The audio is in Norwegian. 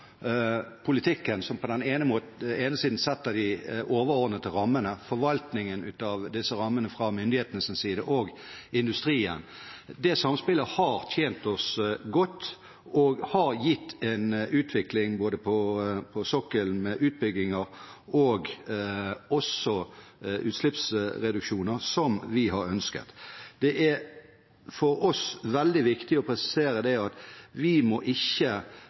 politikken, som setter de overordnede rammene, forvaltningen av disse rammene fra myndighetenes side og industrien, har tjent oss godt og har gitt en utvikling på sokkelen – med både utbygginger og utslippsreduksjoner – som vi har ønsket. Det er for oss veldig viktig å presisere at vi ikke må